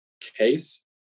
case